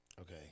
Okay